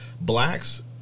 blacks